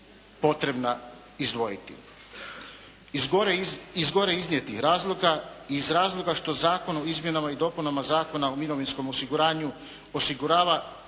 potrebna izdvojiti. Iz gore iznijetih razloga i iz razloga što Zakonom o izmjenama i dopunama Zakona o mirovinskom osiguranju osigurava